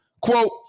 Quote